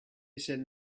said